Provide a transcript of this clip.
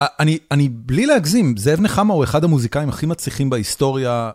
אני, אני... בלי להגזים, זאב נחמה הוא אחד המוזיקאים הכי מצליחים בהיסטוריה.